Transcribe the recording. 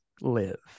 live